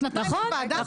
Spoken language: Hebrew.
שנתיים אין ועדה?